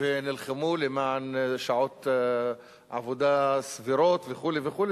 ונלחמו למען שעות עבודה סבירות וכו' וכו',